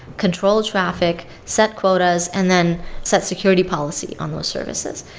control traffic, set quotas and then set security policy on those services.